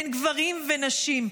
אין גברים ונשים.